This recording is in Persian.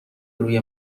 روی